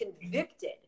convicted